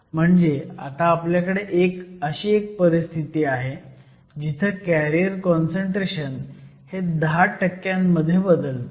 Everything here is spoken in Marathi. म्हणजे आता आपल्याकडे अशी एक परिस्थिती आहे जिथं कॅरियर काँसंट्रेशन हे 10 मध्ये बदलतं